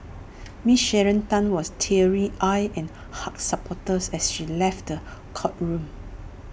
miss Sharon Tan was teary eyed and hugged supporters as she left courtroom